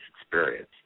experience